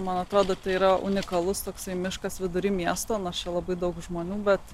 man atrodo tai yra unikalus toksai miškas vidury miesto nors čia labai daug žmonių bet